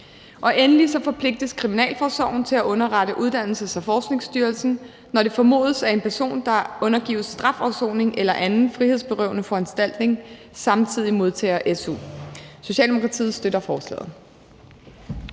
Endelig forpligtes Kriminalforsorgen til at underrette Uddannelses- og Forskningsstyrelsen, når det formodes, at en person, der undergives strafafsoning eller anden frihedsberøvende foranstaltning, samtidig modtager su. Socialdemokratiet støtter forslaget.